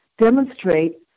demonstrate